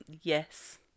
yes